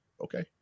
Okay